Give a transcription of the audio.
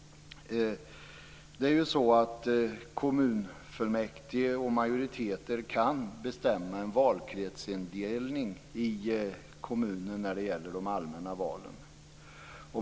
Det är ju så att kommunfullmäktige och majoriteter kan bestämma en valkretsindelning i kommunen när det gäller de allmänna valen.